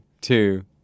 two